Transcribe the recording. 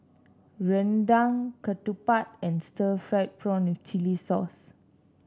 rendang ketupat and Stir Fried Prawn with Chili Sauce